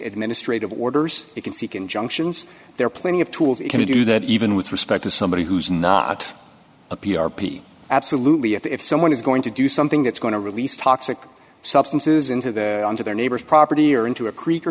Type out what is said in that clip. administrative orders you can seek injunctions there are plenty of tools you can do that even with respect to somebody who's not a p r p absolutely if someone is going to do something that's going to release toxic substances into the into their neighbor's property or into a creek or